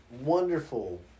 wonderful